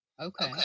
Okay